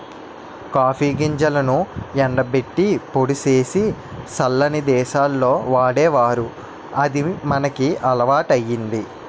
copy గింజలను ఎండబెట్టి పొడి సేసి సల్లని దేశాల్లో వాడేవారు అది మనకి అలవాటయ్యింది